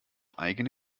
eigene